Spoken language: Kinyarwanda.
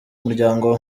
muryango